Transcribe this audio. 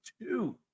two